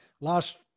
Last